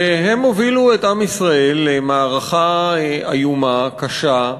והם הובילו את עם ישראל למערכה איומה, קשה,